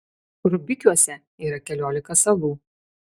rubikiuose yra keliolika salų